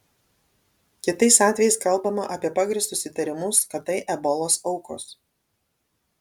kitais atvejais kalbama apie pagrįstus įtarimus kad tai ebolos aukos